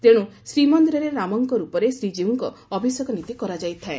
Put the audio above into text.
ତେଣୁ ଶ୍ରୀମନ୍ଦିରରେ ରାମଙ୍କ ର୍ପରେ ଶ୍ରୀଜୀଉଙ୍କ ଅଭିଷେକ ନୀତି କରାଯାଇଥାଏ